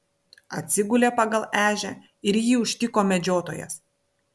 atsigulė pagal ežią ir jį užtiko medžiotojas